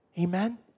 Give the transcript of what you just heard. Amen